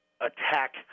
attack